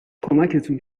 کمکتون